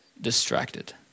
distracted